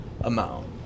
amount